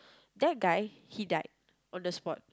that guy he died on the spot